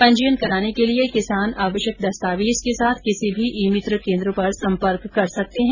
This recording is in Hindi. पंजीयन कराने के लिये किसान आवश्यक दस्तावेज के साथ किसी भी ई मित्र केन्द्र पर संपर्क कर सकते हैं